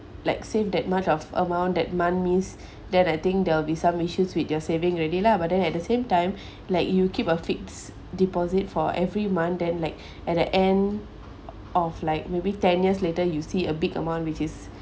like save that much of amount that month miss then I think there'll be some issues with your saving already lah but then at the same time like you keep a fixed deposit for every month then like at the end of like maybe ten years later you see a big amount which is